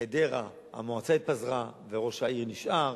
ובחדרה המועצה התפזרה וראש העיר נשאר,